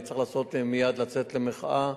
וצריך מייד לצאת למחאה,